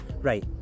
right